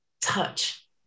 touch